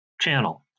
channel